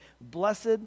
blessed